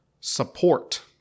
support